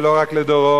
ולא רק לדורו,